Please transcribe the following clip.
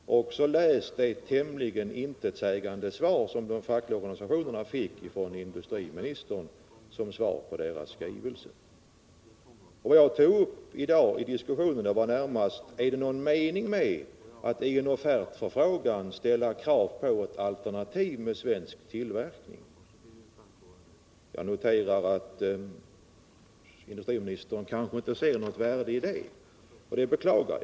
Jag har också läst det tämligen intetsägande uttalande som de fackliga organisationerna fick från industriministern som svar på deras skrivelse. Vad jag tog upp i diskussionen i dag var närmast frågan om det är någon mening med att i en offertförfrågan ställa krav på ett alternativ med svensk tillverkning. Jag noterar att industriministern inte verkar se något värde i det, vilket jag beklagar.